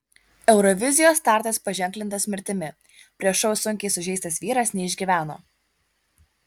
eurovizijos startas paženklintas mirtimi prieš šou sunkiai sužeistas vyras neišgyveno